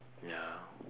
ya